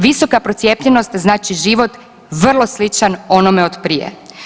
Visoka procijepljenost znači život vrlo sličan onome otprije.